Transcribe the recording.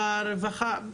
ברווחה,